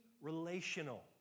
relational